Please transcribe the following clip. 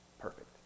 Perfect